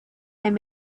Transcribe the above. and